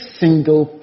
single